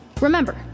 Remember